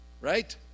Right